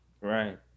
right